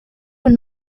were